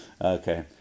Okay